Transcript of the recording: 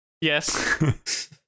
Yes